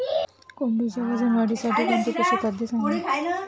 कोंबडीच्या वजन वाढीसाठी कोणते पशुखाद्य चांगले?